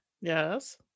Yes